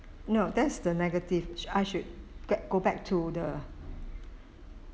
no that's the negative I should get go back to the